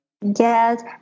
Yes